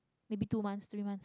maybe two months three months